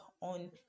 on